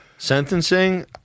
Sentencing